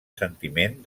sentiment